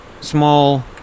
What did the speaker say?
small